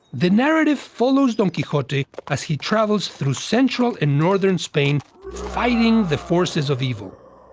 the narrative follows don quixote as he travels through central and northern spain fighting the forces of evil.